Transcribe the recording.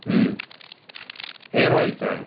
hair ऑईलचा आहे